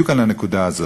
היא בדיוק על הנקודה הזאת: